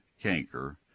canker